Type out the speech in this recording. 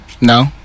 No